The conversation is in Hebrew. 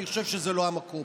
אני חושב שזה לא המקום.